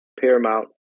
Paramount